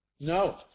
No